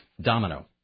Domino